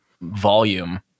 volume